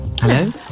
Hello